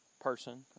person